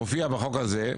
מופיע בחוק הזה.